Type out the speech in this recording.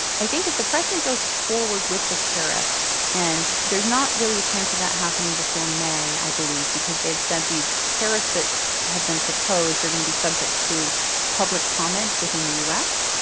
i think if the president goes forward with the tariffs and there's not really a chance of that happening before may i believe because they've said these tariffs that have been proposed are going to be subject to public comment within the us.